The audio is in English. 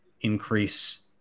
increase